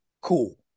cool